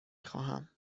خواهم